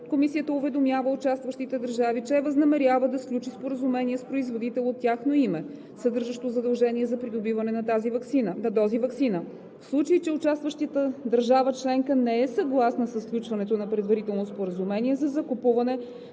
Комисията уведомява участващите държави, че възнамерява да сключи споразумение с производител от тяхно име, съдържащо задължение за придобиване на дози ваксина. В случай, че участваща държава членка не е съгласна със сключването на предварително споразумение за закупуване,